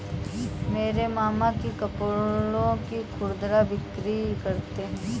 मेरे मामा कपड़ों की खुदरा बिक्री करते हैं